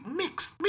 mixed